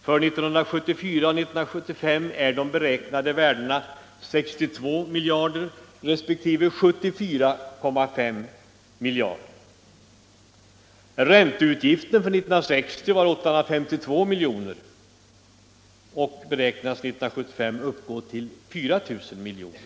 För 1974 och 1975 är de beräknade värdena 62 miljarder resp. 74,5 miljarder. Ränteutgiften för 1960 var 852 miljoner och beräknas 1975 uppgå till 4000 miljoner.